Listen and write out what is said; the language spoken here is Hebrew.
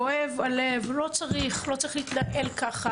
כואב הלב, לא צריך, לא צריך להתנהל ככה.